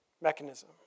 mechanism